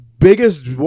biggest